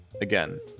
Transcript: Again